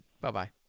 Bye-bye